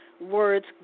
words